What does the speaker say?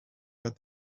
but